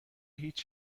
هیچ